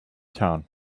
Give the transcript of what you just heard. town